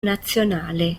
nazionale